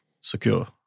secure